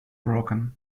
broken